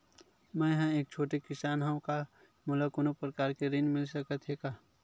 मै ह एक छोटे किसान हंव का मोला कोनो प्रकार के ऋण मिल सकत हे का?